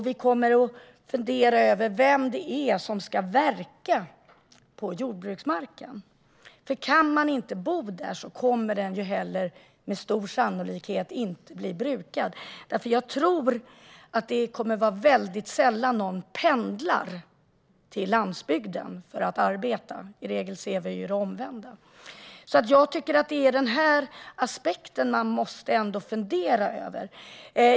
Vem är det då som ska verka på jordbruksmarken? Kan man inte bo där kommer den med stor sannolikhet inte heller att bli brukad. Jag tror att det kommer att bli väldigt sällan som någon pendlar till landsbygden för att arbeta. I regel ser vi ju det omvända. Denna aspekt måste man fundera över.